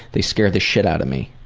they scare the shit out of me.